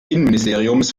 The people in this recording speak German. innenministeriums